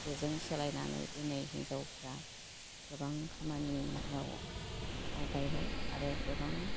बेजों सोलायनानै दिनै हिन्जावफ्रा गोबां खामानियाव आवगायबाय आरो गोबां